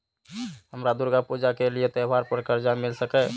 हमरा दुर्गा पूजा के लिए त्योहार पर कर्जा मिल सकय?